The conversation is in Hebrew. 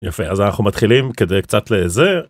יפה אז אנחנו מתחילים כדי קצת לזה...